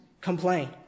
Complain